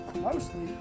mostly